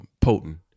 potent